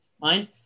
mind